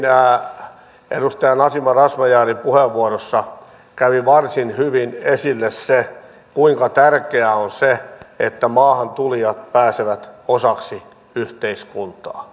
täällä aiemmin edustaja nasima razmyarin puheenvuorossa kävi varsin hyvin esille se kuinka tärkeää on että maahantulijat pääsevät osaksi yhteiskuntaa